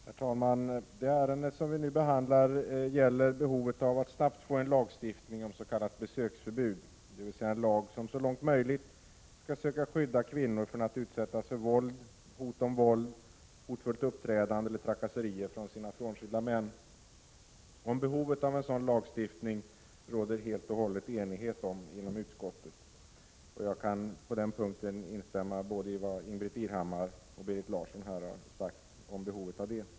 Herr talman! Detta ärende handlar om behovet av att snabbt få en lagstiftning om s.k. besöksförbud, dvs. en lag som så långt möjligt skall söka skydda kvinnor från att utsättas för våld, hot om våld eller hotfullt uppträdande och trakasserier från sina frånskilda män. Om behovet av en sådan lagstiftning råder det helt och hållet enighet inom utskottet. Jag kan på denna punkt instämma i vad både Ingbritt Irhammar och Berit Larsson här har sagt.